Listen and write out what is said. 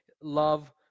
love